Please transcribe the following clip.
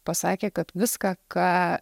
pasakė kad viską ką